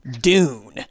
Dune